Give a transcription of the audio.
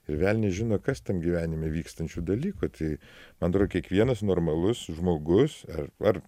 ir velnias žino kas tam gyvenime vykstančių dalykų tai man atrodo kiekvienas normalus žmogus ar ar